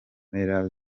mpera